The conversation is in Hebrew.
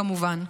כמובן.